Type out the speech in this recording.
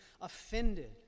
offended